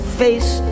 face